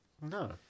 No